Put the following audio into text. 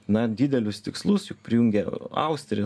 na didelius tikslus juk prijungė austriją